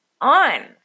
on